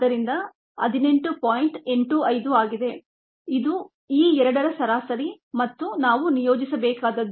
85 ಆಗಿದೆ ಇದು ಈ ಎರಡರ ಸರಾಸರಿ ಮತ್ತು ನಾವು ನಿಯೋಜಿಸಬೇಕಾದದ್ದು